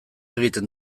egiten